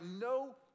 no